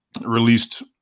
released